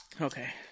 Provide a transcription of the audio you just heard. okay